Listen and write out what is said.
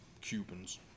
Cubans